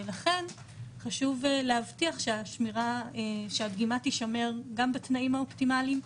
ולכן חשוב להבטיח שהדגימה תישמר גם בתנאים האופטימליים,